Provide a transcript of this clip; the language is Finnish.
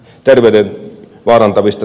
arvoisa puhemies